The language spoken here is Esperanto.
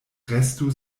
restu